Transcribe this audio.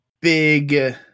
big